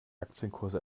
aktienkurse